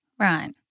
Right